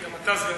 כי גם אתה סגן,